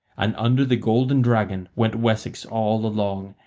and under the golden dragon went wessex all along,